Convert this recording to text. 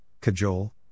cajole